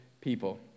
people